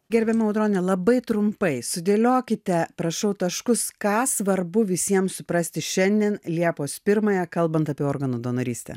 gerbiama audrone labai trumpai sudėliokite prašau taškus ką svarbu visiems suprasti šiandien liepos pirmąją kalbant apie organų donorystę